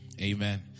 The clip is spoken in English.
Amen